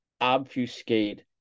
obfuscate